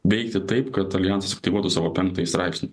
veikti taip kad aljansas aktyvuotų savo penktąjį straipsnį